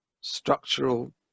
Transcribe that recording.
structural